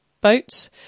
boats